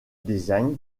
design